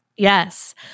Yes